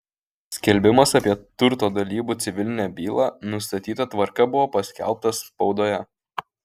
skelbimas apie turto dalybų civilinę bylą nustatyta tvarka buvo paskelbtas spaudoje